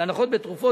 להנחות בתרופות,